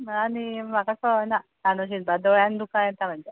आनी म्हाका कळना कानो शिनपा दोळ्यान दुकां येता म्हज्या